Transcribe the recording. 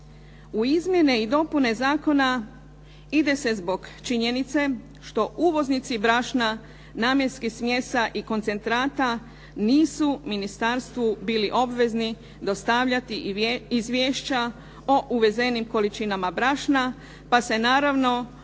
U izmjene i dopune zakona ide se zbog činjenice što uvoznici brašna, namjenskih smjesa i koncentrata nisu ministarstvu bili obvezni dostavljati izvješća o uvezenim količinama brašna pa se naravno uvezena